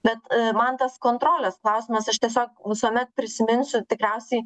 bet man tas kontrolės klausimas aš tiesiog visuomet prisiminsiu tikriausiai